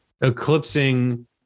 eclipsing